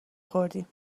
خوردیم